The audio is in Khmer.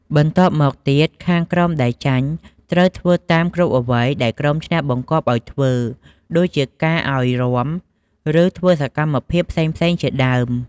បន្ទាប់មកទៀតខាងក្រុមដែលចាញ់ត្រូវធ្វើតាមគ្រប់អ្វីដែលក្រុមឈ្នះបង្គាប់ឲ្យធ្វើ ដូចជាការឲ្យរាំ ឬធ្វើសកម្មភាពផ្សេងៗជាដើម។